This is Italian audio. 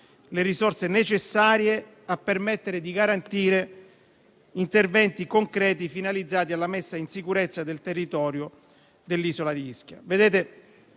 le risorse necessarie a garantire interventi concreti, finalizzati alla messa in sicurezza del territorio dell'isola di Ischia.